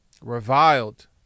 Reviled